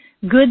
good